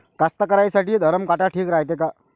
कास्तकाराइसाठी धरम काटा ठीक रायते का?